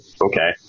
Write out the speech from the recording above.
okay